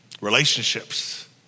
Relationships